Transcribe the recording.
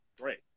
great